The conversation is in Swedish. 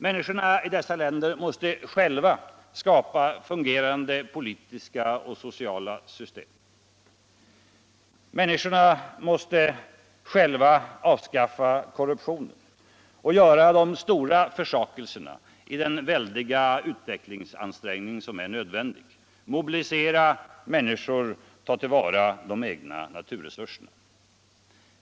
Människorna i dessa länder måste själva skapa fungerande politiska och sociala system, avskaffa korruptionen, göra de stora försakelserna i den väldiga utvecklingsansträngning som är nödvändig, mobilisera människor att ta till vara de egna naturresurserna.